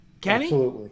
Kenny